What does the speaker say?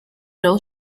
know